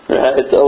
right